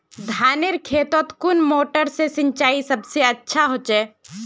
धानेर खेतोत कुन मोटर से सिंचाई सबसे अच्छा होचए?